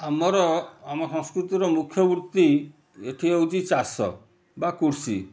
ଆମର ଆମ ସଂସ୍କୃତିର ମୁଖ୍ୟ ବୃତ୍ତି ଏଠି ହେଉଛି ଚାଷ ବା କୃଷି